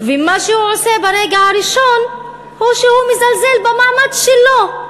ומה שהוא עושה ברגע הראשון הוא שהוא מזלזל במעמד שלו,